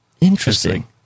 Interesting